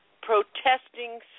protesting